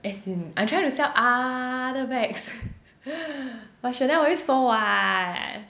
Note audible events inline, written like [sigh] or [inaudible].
as in I trying to sell other bags [breath] but Chanel 我会收 what